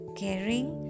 caring